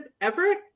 Everett